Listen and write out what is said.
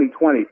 2020